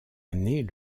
année